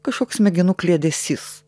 kažkoks smegenų kliedesys